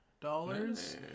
dollars